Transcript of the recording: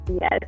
yes